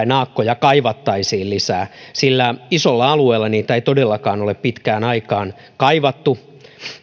naakkoja kaivattaisiin lisää sillä isolla alueella niitä ei todellakaan ole pitkään aikaan kaivattu